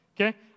okay